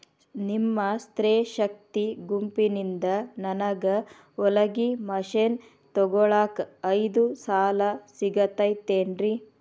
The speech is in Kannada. ನಿಮ್ಮ ಸ್ತ್ರೇ ಶಕ್ತಿ ಗುಂಪಿನಿಂದ ನನಗ ಹೊಲಗಿ ಮಷೇನ್ ತೊಗೋಳಾಕ್ ಐದು ಸಾಲ ಸಿಗತೈತೇನ್ರಿ?